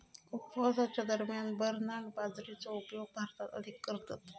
उपवासाच्या दरम्यान बरनार्ड बाजरीचो उपयोग भारतात अधिक करतत